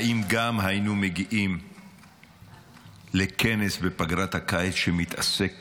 האם גם היינו מגיעים לכנס בפגרת הקיץ שמתעסק